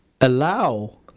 allow